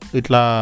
itla